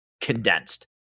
condensed